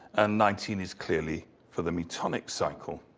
and nineteen is clearly for the metonic cycle.